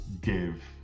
give